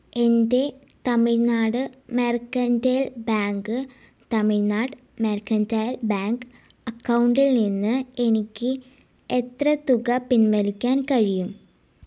എൻ്റെ Tamil Nadu mercantile bank Tamil Nadu mercantile bank അക്കൗണ്ടിൽ നിന്ന് എനിക്ക് എത്ര തുക പിൻവലിക്കാൻ കഴിയും